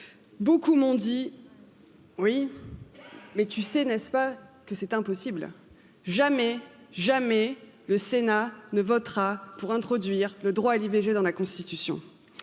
beaucoup m'ont dit oui. Mais tu sais, n'est ce pas que c'est impossible? jamais jamais le Sénat ne votera pour introduire le droit à l'i V G dans la Constitution